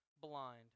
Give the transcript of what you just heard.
blind